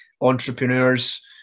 entrepreneurs